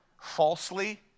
falsely